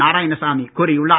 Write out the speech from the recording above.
நாராயணசாமி கூறியுள்ளார்